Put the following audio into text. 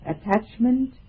attachment